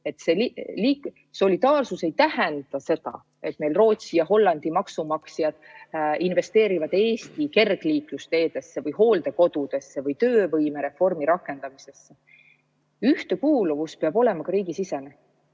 puhul. Solidaarsus ei tähenda seda, et Rootsi ja Hollandi maksumaksjad investeerivad Eesti kergliiklusteedesse või hooldekodudesse või töövõimereformi rakendamisse. Ühtekuuluvus peab olema ka riigisisene.